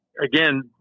again